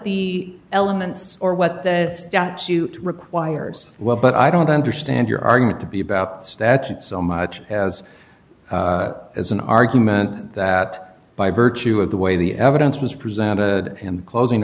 the elements or what the statute requires well but i don't understand your argument to be about statute so much as as an argument that by virtue of the way the evidence was presented in the closing